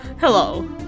Hello